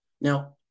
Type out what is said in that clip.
Now